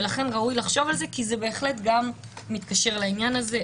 ולכן ראוי לחשוב על זה כי זה בהחלט גם מתקשר לעניין הזה.